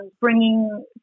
bringing